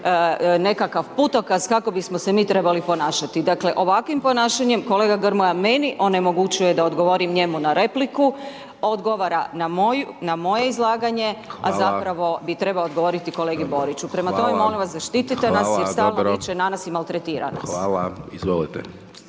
nekakav putokaz kako bismo se mi trebali ponašati. Dakle, ovakvim ponašanjem kolega Grmoja meni onemogućuje da odgovorim njemu na repliku, odgovara na moje izlaganje a zapravo bi trebao odgovoriti kolegi Boriću, prema tome, molim vas zaštitite nas jer stalno na nas i maltretira nas. **Hajdaš Dončić,